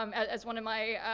um as one my,